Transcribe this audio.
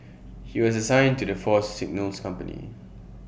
he was assigned to the Force's signals company